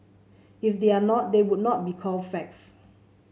if they are not they would not be called facts